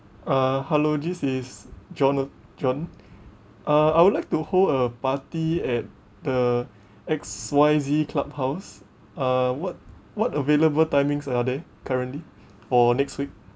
uh hello this is johna~ john uh I would like to hold a party at the X Y Z clubhouse uh what what available timings are there currently for next week